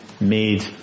made